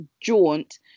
jaunt